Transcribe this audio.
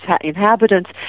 inhabitants